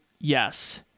yes